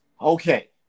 okay